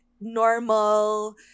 normal